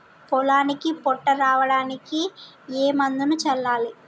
పొలానికి పొట్ట రావడానికి ఏ మందును చల్లాలి?